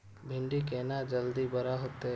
भिंडी केना जल्दी बड़ा होते?